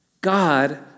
God